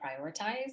prioritize